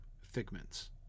figments